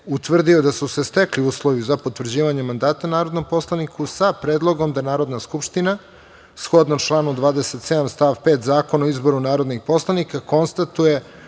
utvrdio da su se stekli uslovi za potvrđivanje mandata narodnom poslaniku, sa predlogom da Narodna skupština, shodno članu 27. stav 5. Zakona o izboru narodnih poslanika, konstatuje